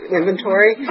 inventory